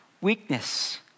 weakness